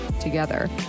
together